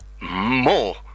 More